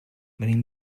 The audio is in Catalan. venim